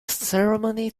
ceremony